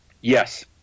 Yes